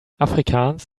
afrikaans